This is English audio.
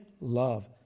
love